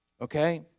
Okay